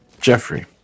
Jeffrey